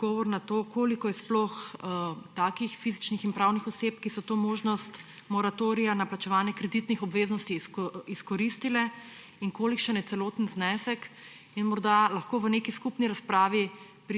odgovor na to, koliko je sploh fizičnih in pravnih oseb, ki so možnost moratorija na plačevanje kreditnih obveznosti izkoristile, in kolikšen je celoten znesek. Morda lahko v neki skupni razpravi